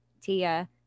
Tia